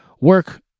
work